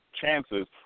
chances